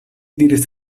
diris